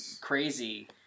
crazy